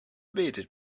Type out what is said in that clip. bearded